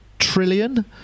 Trillion